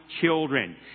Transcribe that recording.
children